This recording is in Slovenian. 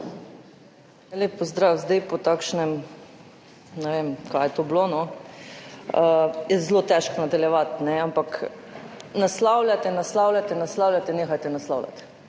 Lep pozdrav! Po takšnem – ne vem, kaj je to bilo – je zelo težko nadaljevati. Ampak naslavljate, naslavljate, naslavljate. Nehajte naslavljati,